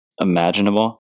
imaginable